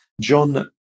John